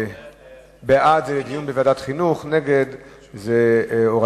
בעד, זה דיון בוועדת החינוך.